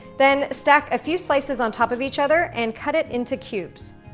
then stack a few slices on top of each other and cut it into cubes.